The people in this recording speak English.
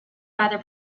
either